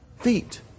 feet